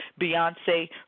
Beyonce